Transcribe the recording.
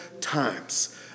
times